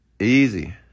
Easy